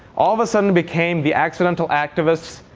all of a sudden became the accidental activists,